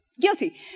Guilty